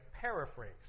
paraphrase